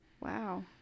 Wow